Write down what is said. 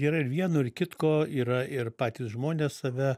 yra ir vieno ir kitko yra ir patys žmonės save